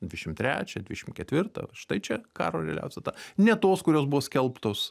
dvidešimt trečią dvidešimt ketvirtą štai čia karo realiausia data ne tos kurios buvo skelbtos